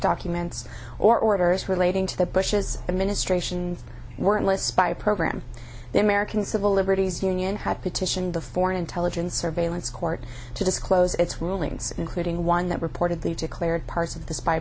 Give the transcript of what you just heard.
documents or orders relating to the bush's administration worthless spy program the american civil liberties union had petitioned the foreign intelligence surveillance court to disclose its rulings including one that reportedly declared parts of the spy